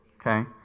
okay